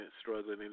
struggling